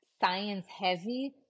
science-heavy